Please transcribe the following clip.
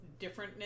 differentness